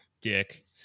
dick